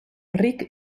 ric